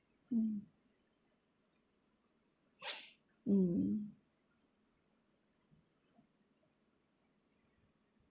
mm mm